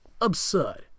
absurd